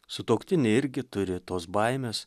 sutuoktiniai irgi turi tos baimės